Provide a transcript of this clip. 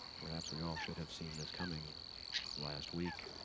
perhaps we all should have seen this coming last week